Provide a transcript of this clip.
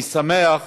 אני שמח